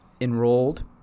enrolled